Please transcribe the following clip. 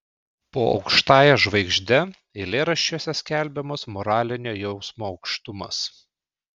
po aukštąja žvaigžde eilėraščiuose skelbiamas moralinio jausmo aukštumas